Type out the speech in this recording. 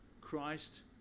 Christ